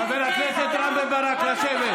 חבר הכנסת רם בן ברק, נא לשבת.